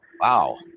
Wow